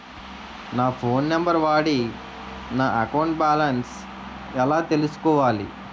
నా phone number వాడి నా అకౌంట్ బాలన్స్ ఎలా తెలుసుకోవాలి?